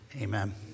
Amen